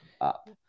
up